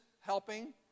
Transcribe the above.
helping